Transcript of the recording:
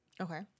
Okay